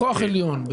כוח עליון.